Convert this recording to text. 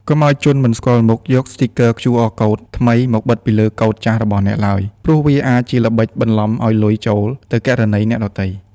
កុំឱ្យជនមិនស្គាល់មុខយកស្ទីគ័រ QRកូដ ថ្មីមកបិទពីលើកូដចាស់របស់អ្នកឡើយ ព្រោះវាអាចជាល្បិចបន្លំឱ្យលុយចូលទៅគណនីអ្នកដទៃ។